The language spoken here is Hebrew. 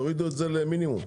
תורידו את זה למינימום.